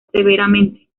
severamente